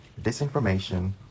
disinformation